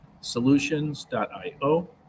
solutions.io